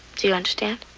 do you understand?